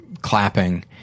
clapping